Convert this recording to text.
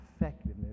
effectiveness